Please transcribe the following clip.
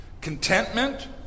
Contentment